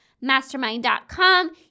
Mastermind.com